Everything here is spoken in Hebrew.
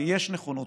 ויש נכונות,